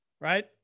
Right